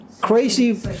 crazy